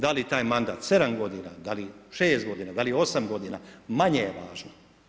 Da li je taj mandat 7 godina, dali je 6 godina, da li je 8 godina manje je važno.